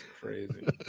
crazy